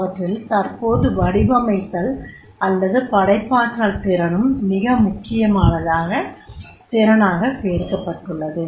அவற்றில் தற்போது வடிவமைத்தல் அல்லது படைப்பாற்றல் திறனும் மிக முக்கியமான திறனாக சேர்க்கப்பட்டுள்ளது